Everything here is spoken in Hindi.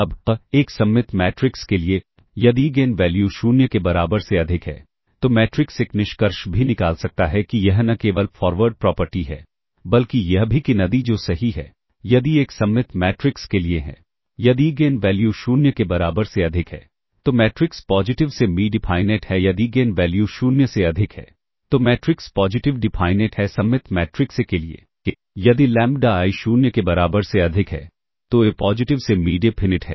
अब एक सममित मैट्रिक्स के लिए यदि इगेन वैल्यू 0 के बराबर से अधिक है तो मैट्रिक्स एक निष्कर्ष भी निकाल सकता है कि यह न केवल फॉरवर्ड प्रॉपर्टी है बल्कि यह भी कि नदी जो सही है यदि एक सममित मैट्रिक्स के लिए है यदि इगेन वैल्यू 0 के बराबर से अधिक है तो मैट्रिक्स पॉजिटिव सेमी डिफाइनेट है यदि इगेन वैल्यू 0 से अधिक है तो मैट्रिक्स पॉजिटिव डिफाइनेट है सममित मैट्रिक्स ए के लिए यदि लैम्ब्डा i 0 के बराबर से अधिक है तो ए पॉजिटिव सेमी डेफिनिट है